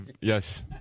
yes